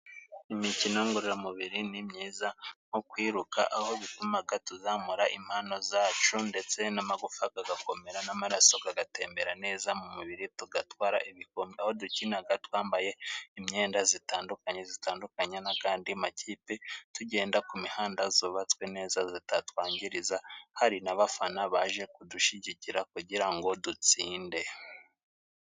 Imikino ngororamubiri ni myiza, nko kwiruka aho bitumaga tuzamura impano zacu, ndetse n'amagufa gagakomera n'amaraso gagatembera neza mu mubiri, tugatwara ibikombe, aho dukinaga twambaye imyenda zitandukanye, zitandukanye n'agandi makipe, tugenda ku mihanda zubatswe neza, zitatwangiriza, hari n'abafana baje kudushigikira, kugira ngo dutsinde.